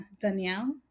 danielle